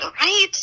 right